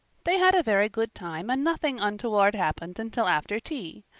they had a very good time and nothing untoward happened until after tea,